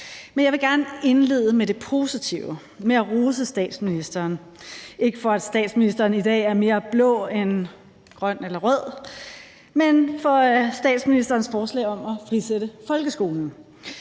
Men jeg vil gerne indlede med det positive og rose statsministeren – ikke for at statsministeren i dag er mere blå end grøn eller rød, men for statsministerens forslag om at frisætte folkeskolen.